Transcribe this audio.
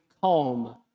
calm